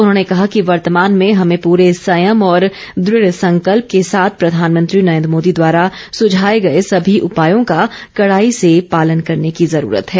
उन्होंने कहा कि वर्तमान में हमें पूरे संयम और दृढ संकल्प के साथ प्रधानमंत्री नरेन्द्र मोदी द्वारा सुझाए गए सभी उपायों का कड़ाई से पालन करने की जरूरत है